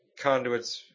conduits